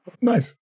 nice